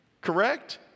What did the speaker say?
correct